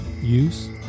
use